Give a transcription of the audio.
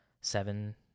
seven